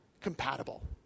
compatible